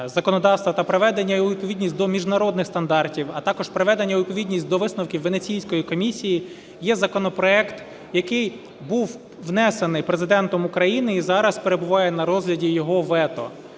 законодавства та приведення у відповідність до міжнародних стандартів, а також приведення у відповідність до висновків Венеційської комісії, є законопроект, який був внесений Президентом України, і зараз перебуває на розгляді його вето.